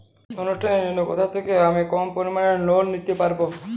অনুষ্ঠানের জন্য কোথা থেকে আমি কম পরিমাণের লোন নিতে পারব?